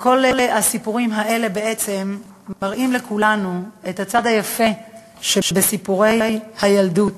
כל הסיפורים האלה מראים לכולנו את הצד היפה שבסיפורי הילדות